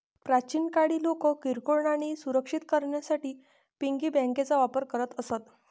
प्राचीन काळी लोक किरकोळ नाणी सुरक्षित करण्यासाठी पिगी बँकांचा वापर करत असत